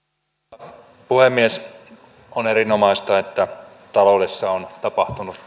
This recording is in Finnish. arvoisa puhemies on erinomaista että taloudessa on tapahtunut